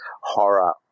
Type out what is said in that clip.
horror